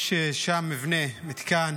יש שם מבנה, מתקן